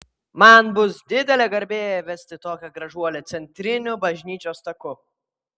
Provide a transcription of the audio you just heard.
man bus didelė garbė vesti tokią gražuolę centriniu bažnyčios taku